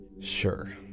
Sure